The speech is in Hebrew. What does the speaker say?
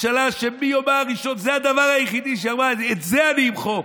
ממשלה שמיומה הראשון זה הדבר היחיד שאמרה: את זה אני אמחק,